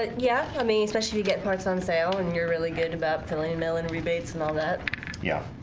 ah yeah, i mean especially you get parts on sale, and you're really good about filling email and rebates and all that yeah